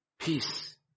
Peace